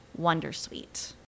wondersuite